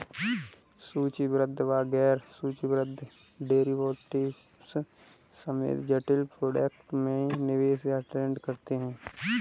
सूचीबद्ध व गैर सूचीबद्ध डेरिवेटिव्स समेत जटिल प्रोडक्ट में निवेश या ट्रेड करते हैं